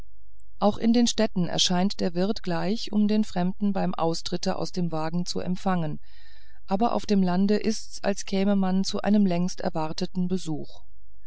auch in den städten erscheint der wirt gleich um den fremden beim austritte aus dem wagen zu empfangen aber auf dem lande ist's als käme man zu einem längst erwarteten besuch